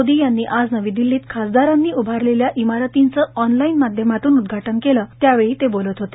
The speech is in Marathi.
मोदी यांनी आज नवी दिल्लीत खासदारांसाठी उभारलेल्या इमारतींचे ऑनलाईन माध्यमातून उद्घाटन केले त्यावेळी ते बोलत होते